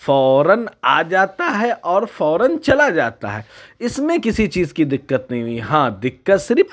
فوراً آ جاتا ہے اور فوراً چلا جاتا ہے اِس میں کسی چیز کی دقت نہیں ہوئی ہاں دقت صرف